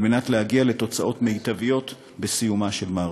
כדי להגיע לתוצאות מיטביות בסיומה של מערכה.